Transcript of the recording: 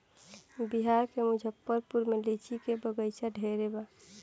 बिहार के मुजफ्फरपुर में लीची के बगइचा ढेरे बा